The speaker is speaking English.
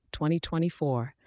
2024